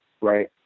right